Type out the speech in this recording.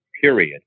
period